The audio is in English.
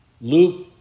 Luke